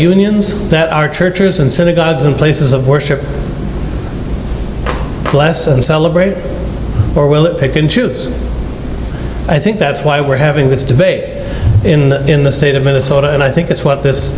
unions that are churches and synagogues and places of worship less and celebrate or will it pick and choose i think that's why we're having this debate in the state of minnesota and i think that's what this